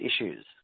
issues